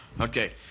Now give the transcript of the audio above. Okay